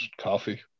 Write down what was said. coffee